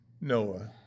Noah